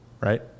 right